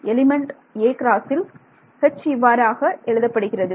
element aல் H இவ்வாறாக எழுதப்படுகிறது